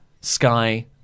Sky